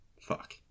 Fuck